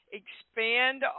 expand